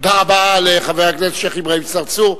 תודה רבה לחבר הכנסת השיח' אברהים צרצור.